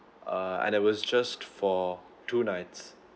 uh and I was just for two nights